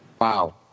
wow